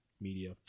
media